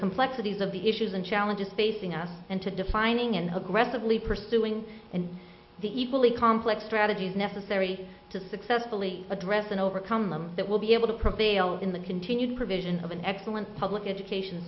complexities of the issues and challenges facing us and to defining and aggressively pursuing and the equally complex strategies necessary to successfully address and overcome them that will be able to prevail in the continued provision of an excellent public education